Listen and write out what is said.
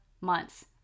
months